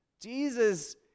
Jesus